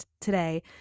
today